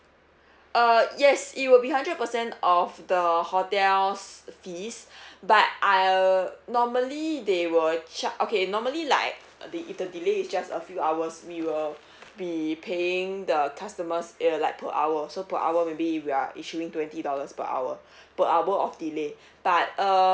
err yes it will be hundred percent of the hotel's fees but I'll normally they will check okay normally like uh the if the delay is just a few hours we will be paying the customers uh like per hour so per hour maybe we are issuing twenty dollars per hour per hour of delay but uh